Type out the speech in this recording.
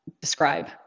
describe